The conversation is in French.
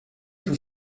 tout